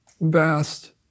vast